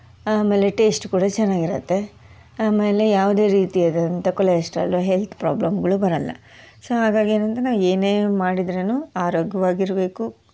ಆಮೇಲೆ ಟೇಸ್ಟ್ ಕೂಡ ಚೆನ್ನಾಗಿರುತ್ತೆ ಆಮೇಲೆ ಯಾವುದೇ ರೀತಿಯಾದಂಥ ಕೊಲೆಸ್ಟ್ರಾಲು ಹೆಲ್ತ್ ಪ್ರಾಬ್ಲಮ್ಗಳು ಬರೋಲ್ಲ ಸೊ ಹಾಗಾಗಿ ಏನಂದರೆ ನಾವು ಏನೇ ಮಾಡಿದ್ರು ಆರೋಗ್ಯವಾಗಿರಬೇಕು